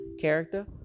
character